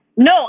No